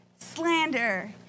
slander